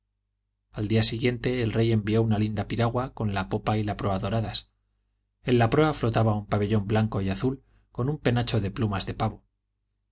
al día siguiente el rey envió una linda piragua con la popa y la proa doradas en la proa flotaba un pabellón blanco y azul con un penacho de plumas de pavo